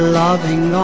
loving